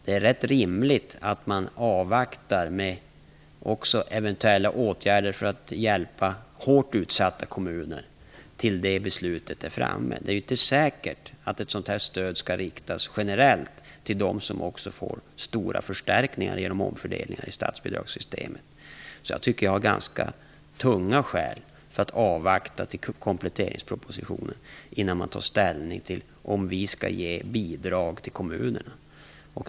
Det är rätt rimligt att man avvaktar med eventuella åtgärder för att hjälpa hårt utsatta kommuner tills det beslutet är fattat. Det är inte säkert att ett sådant här stöd skall riktas generellt till dem som också får stora förstärkningar genom omfördelningar i statsbidragssystemet. Jag tycker att jag har ganska tunga skäl för att avvakta kompletteringspropositionen innan jag tar ställning till om vi skall ge bidrag till kommunerna.